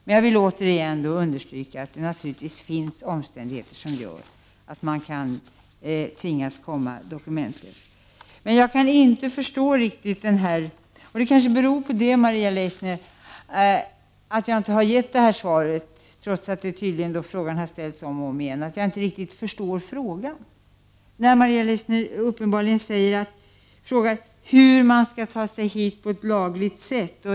Återigen vill jag understryka att det naturligtvis finns omständigheter som gör att man tvingas komma dokumentlös. Att jag inte, Maria Leissner, har gett något svar, trots att samma fråga tydligen har ställts om och om igen, beror på att jag inte riktigt förstår frågan. Maria Leissner frågar hur man skall ta sig hit på ett legalt sätt.